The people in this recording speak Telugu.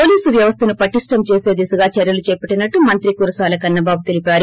పోలీసు వ్యవస్థను పటిష్టం చేసే దిశగా చర్యలు చేపట్టినట్టు మంత్రి కురసాల కన్న బాబు ్తెలీపారు